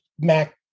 Mac